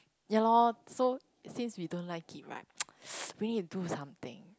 ya lor so since we don't it right we need to do something